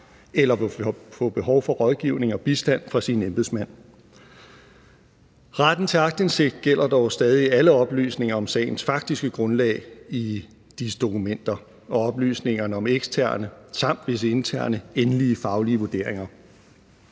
eller får behov for rådgivning og bistand fra sine embedsmænd. Retten til aktindsigt gælder dog stadig alle oplysninger om sagens faktiske grundlag i disse dokumenter og oplysninger om eksterne samt visse interne endelige faglige vurderinger.